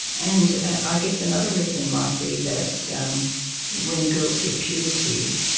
and i guess another reason might be that um when girls hit puberty,